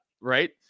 right